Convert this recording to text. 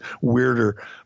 weirder